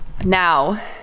Now